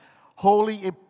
holy